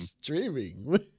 streaming